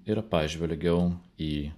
ir pažvelgiau į